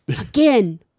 Again